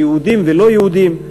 של יהודים ולא-יהודים.